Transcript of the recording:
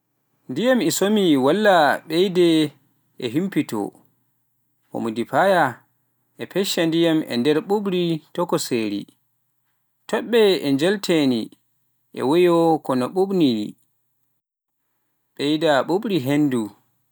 Ndiyam ina ɓuuɓtoo walla ina ɓeydee e ɓuuɓri, ɓuuɓri ina fecca ndiyam e ɓuuɓri tokosiri, Toɓɓe ina njaltina e weeyo ko wayi no ɓuuɓri, ina ɓeyda ɓuuɓri henndu.